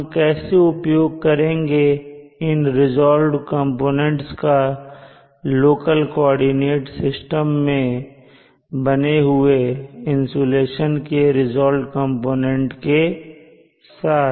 हम कैसे उपयोग करेंगे इन रीज़ाल्व्ड कंपोनेंट्स का लोकल सेंट्रिक कोऑर्डिनेट सिस्टम मैं बने इंसुलेशन के रीज़ाल्व्ड कंपोनेंट्स के साथ